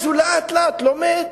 אז הוא לאט-לאט לומד,